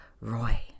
Roy